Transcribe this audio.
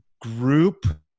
group